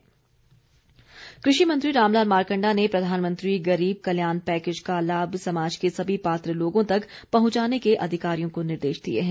मारकंडा कृषि मंत्री रामलाल मारकंडा ने प्रधानमंत्री गरीब कल्याण पैकेज का लाभ समाज के सभी पात्र लोगों तक पहंचाने के अधिकारियों को निर्देश दिए हैं